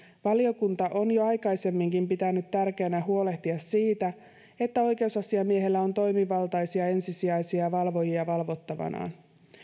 valiokunta on jo aikaisemminkin pitänyt tärkeänä huolehtia siitä että oikeusasiamiehellä on toimivaltaisia ensisijaisia valvojia valvottavanaan